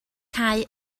cau